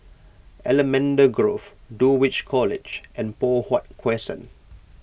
Allamanda Grove Dulwich College and Poh Huat Crescent